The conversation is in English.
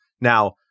Now